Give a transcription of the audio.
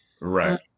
Right